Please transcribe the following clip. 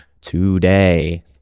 today